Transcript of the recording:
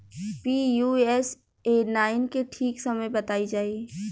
Pusa nine के ठीक समय बताई जाई?